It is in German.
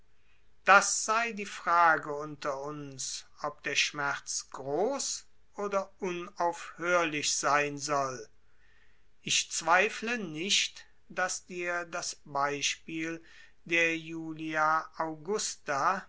das sei die frage unter uns ob der schmerz groß oder unaufhörlich sein soll ich zweifle nicht daß dir das beispiel der julia augusta